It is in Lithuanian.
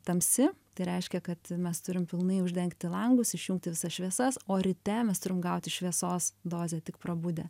tamsi tai reiškia kad mes turim pilnai uždengti langus išjungti visas šviesas o ryte mes turim gauti šviesos dozę tik prabudę